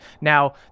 Now